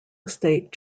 estate